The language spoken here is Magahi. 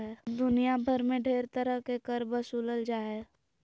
दुनिया भर मे ढेर तरह के कर बसूलल जा हय